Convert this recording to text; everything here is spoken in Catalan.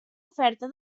oferta